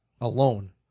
alone